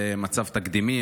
זה מצב תקדימי,